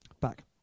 back